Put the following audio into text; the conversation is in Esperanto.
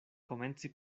komenci